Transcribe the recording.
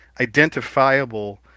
identifiable